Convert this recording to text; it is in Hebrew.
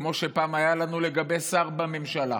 כמו שפעם הייתה לנו כלפי שר בממשלה.